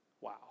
Wow